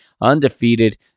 undefeated